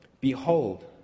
Behold